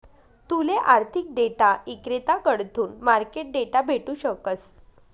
तूले आर्थिक डेटा इक्रेताकडथून मार्केट डेटा भेटू शकस